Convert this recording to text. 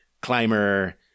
climber